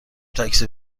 تاکسی